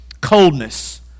Coldness